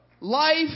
life